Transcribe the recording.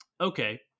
okay